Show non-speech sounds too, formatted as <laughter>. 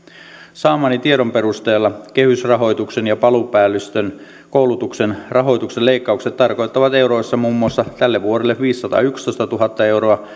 saamani tiedon perusteella kehysrahoituksen ja palopäällystön koulutuksen rahoituksen leikkaukset tarkoittavat euroissa muun muassa tälle vuodelle viisisataayksitoistatuhatta euroa <unintelligible>